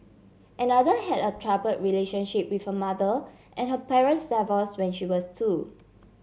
another had a troubled relationship with her mother and her parents divorced when she was two